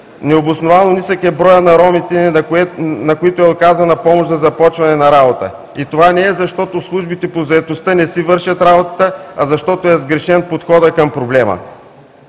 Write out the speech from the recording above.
Необосновано нисък е броят на ромите, на които е оказана помощ за започване на работа. И това не е защото службите по заетостта не си вършат работата, а защото е сгрешен подходът към проблема.